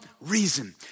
reason